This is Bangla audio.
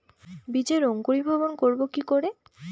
বীজের অঙ্কুরিভবন করব কি করে?